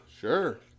Sure